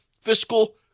fiscal